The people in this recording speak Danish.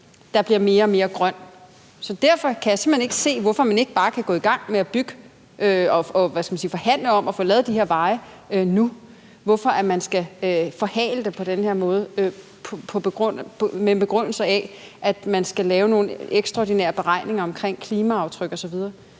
der bliver mere og mere grøn. Så derfor kan jeg simpelt hen ikke se, hvorfor man ikke bare kan gå i gang med at bygge og forhandle om at få lavet de her veje nu – altså hvorfor man skal forhale det på den her måde med den begrundelse, at man skal lave nogle ekstraordinære beregninger omkring klimaaftryk osv.